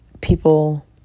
people